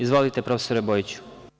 Izvolite profesore Bojiću.